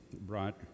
brought